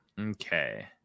Okay